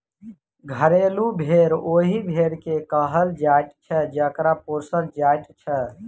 घरेलू भेंड़ ओहि भेंड़ के कहल जाइत छै जकरा पोसल जाइत छै